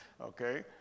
Okay